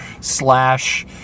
slash